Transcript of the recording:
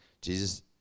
Jesus